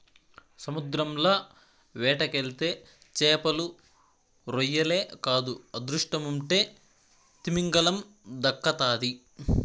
సముద్రంల వేటకెళ్తే చేపలు, రొయ్యలే కాదు అదృష్టముంటే తిమింగలం దక్కతాది